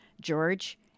George